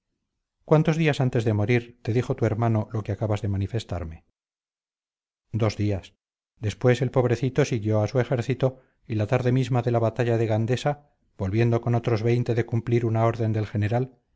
cuántos días antes de morir te dijo tu hermano lo que acabas de manifestarme dos días después el pobrecito siguió a su ejército y la tarde misma de la batalla de gandesa volviendo con otros veinte de cumplir una orden del general